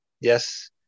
Yes